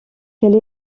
quelle